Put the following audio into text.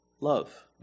love